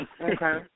Okay